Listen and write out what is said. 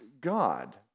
God